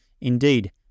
Indeed